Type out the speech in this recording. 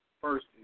first